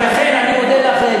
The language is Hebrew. ולכן אני מודה לך,